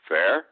Fair